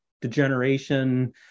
degeneration